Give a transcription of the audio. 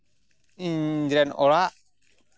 ᱤᱧᱨᱮᱱ ᱚᱲᱟᱜ